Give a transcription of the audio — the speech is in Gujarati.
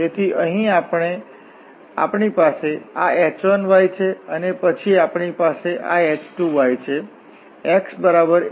તેથી અહીં આપણી પાસે આ h1 છે અને પછી અહીં આપણી પાસે આ h2 છે x બરાબરh2 છે